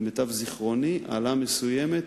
למיטב זיכרוני, יש העלאה מסוימת,